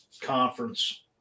conference